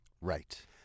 Right